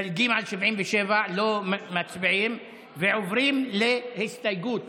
מדלגים על 77. עוברים להסתייגות מס'